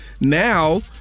Now